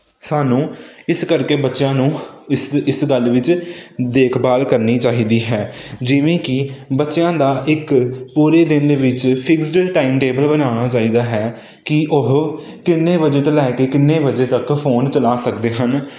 ਸਾਨੂੰ ਇਸ ਕਰਕੇ ਬੱਚਿਆਂ ਨੂੰ ਇਸ ਇਸ ਗੱਲ ਵਿੱਚ ਦੇਖਭਾਲ ਕਰਨੀ ਚਾਹੀਦੀ ਹੈ ਜਿਵੇਂ ਕਿ ਬੱਚਿਆਂ ਦਾ ਇੱਕ ਪੂਰੇ ਦਿਨ ਦੇ ਵਿੱਚ ਫਿਕਸਡ ਟਾਈਮਟੇਬਲ ਬਣਾਉਣਾ ਚਾਹੀਦਾ ਹੈ ਕਿ ਉਹ ਕਿੰਨੇ ਵਜੇ ਤੋਂ ਲੈ ਕੇ ਕਿੰਨੇ ਵਜੇ ਤੱਕ ਫੋਨ ਚਲਾ ਸਕਦੇ ਹਨ